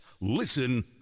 Listen